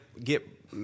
Get